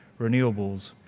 renewables